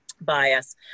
bias